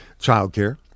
childcare